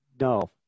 no